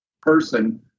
person